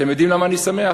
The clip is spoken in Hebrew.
אתם יודעים למה אני שמח?